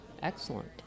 Excellent